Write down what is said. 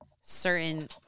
certain